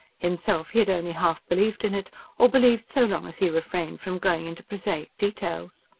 himself he had only half believed in it or believed so long as he refrained from going into prosaic details.